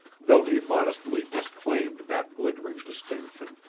though he modestly disclaimed that glittering distinction.